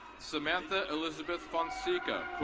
samantha elizabeth bonseca,